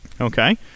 Okay